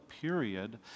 period